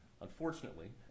Unfortunately